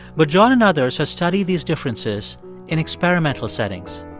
but john and others have studied these differences in experimental settings.